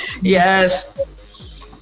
Yes